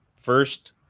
first